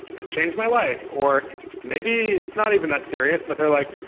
this changed my life. or maybe it's not even that serious, but they're like,